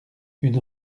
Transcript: une